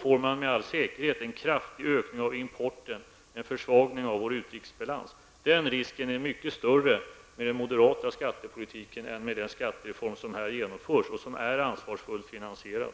får man med all säkerhet en kraftig ökning av importen och en försvagning av vår utrikesbalans. Den risken är mycket större med den moderata skattepolitiken än med den skattereform som här genomförs och som är ansvarsfullt finansierad.